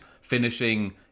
finishing